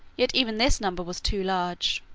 yet even this number was too large.